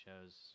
shows